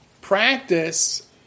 practice